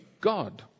God